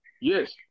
Yes